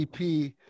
ep